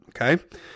okay